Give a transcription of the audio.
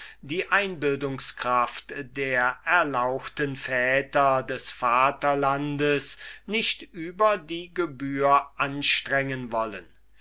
die einbildungskraft der erlauchten väter des vaterlandes nicht über die gebühr anstrengen wollen